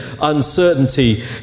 uncertainty